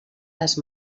les